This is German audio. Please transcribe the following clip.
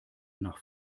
nach